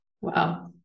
wow